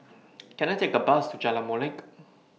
Can I Take A Bus to Jalan Molek